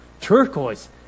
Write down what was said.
turquoise